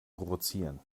provozieren